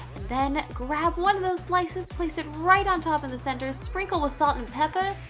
then grab one of those slices, place it right on top of the center. sprinkle with salt and pepper.